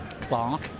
Clark